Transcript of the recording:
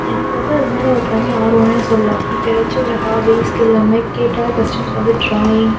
எனக்கு வந்து அதுமேல் ஒரு தனி ஆர்வம்னே சொல்லலாம் இப்போ எதாச்சும் ஒரு ஹாபி ஸ்கில் அந்த மாதிரி கேட்டால் ஃபஸ்ட் எனக்கு வந்து டிராயிங்